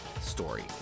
story